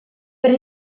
per